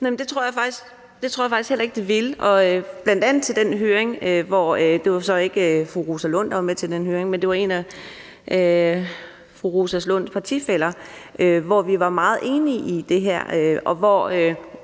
Det tror jeg faktisk heller at det ikke vil. Der var bl.a. den høring – det var så ikke fru Rosa Lund, der var med til den høring, men det var en af fru Rosa Lunds partifæller – hvor vi var meget enige i det her, og hvor